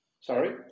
Sorry